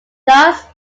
thus